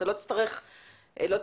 לא תהיה רגולציה,